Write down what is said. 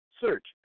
Search